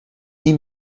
این